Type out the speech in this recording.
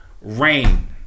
Rain